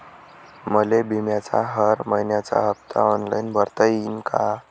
मले बिम्याचा हर मइन्याचा हप्ता ऑनलाईन भरता यीन का?